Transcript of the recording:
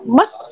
mas